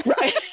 Right